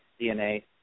DNA